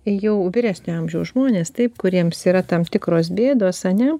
jau vyresnio amžiaus žmonės taip kuriems yra tam tikros bėdos ane